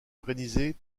organisée